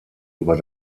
über